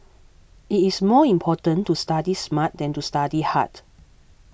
it is more important to study smart than to study hard